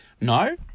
No